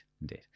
indeed